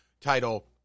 title